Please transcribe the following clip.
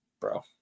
bro